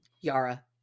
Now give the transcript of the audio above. Yara